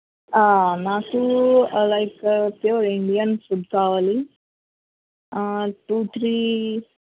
నాకు like pure Indian food కావాలి two three